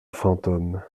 fantôme